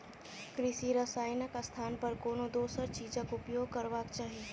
कृषि रसायनक स्थान पर कोनो दोसर चीजक उपयोग करबाक चाही